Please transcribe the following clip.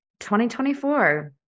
2024